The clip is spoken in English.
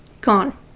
Gone